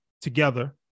together